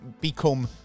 become